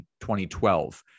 2012